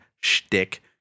shtick